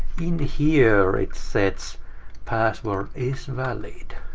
in here, it sets password-is-valid.